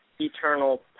eternal